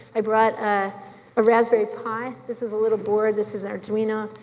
i brought ah a raspberry pie, this is a little board, this is ardwena,